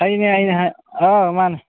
ꯑꯩꯅꯦ ꯑꯩꯅꯦ ꯍꯥꯏꯌꯣ ꯑꯥ ꯃꯥꯅꯦ